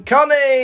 Connie